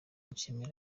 nshimira